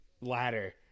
ladder